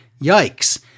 yikes